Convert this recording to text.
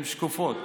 הם שקופים.